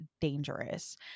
dangerous